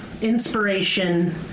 inspiration